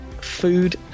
food